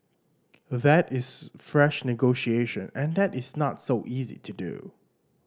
that is fresh negotiation and that is not so easy to do